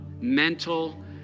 mental